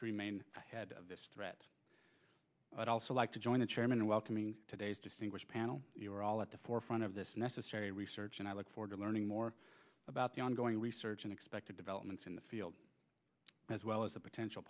to remain ahead of this threat but also like to join the chairman welcoming today's distinguished panel at the forefront of this necessary research and i look forward to learning more about the ongoing research and expected developments in the field as well as a potential